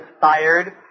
fired